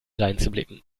dreinzublicken